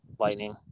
lightning